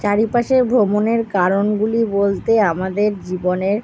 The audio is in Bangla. চারপাশের ভ্রমণের কারণগুলি বলতে আমাদের জীবনের